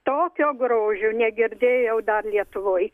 tokio grožio negirdėjau dar lietuvoj